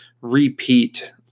repeat